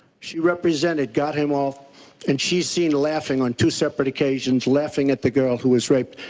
she represented, got him off and she is seen laughing on two so but occasions laughing at the girl who was raped.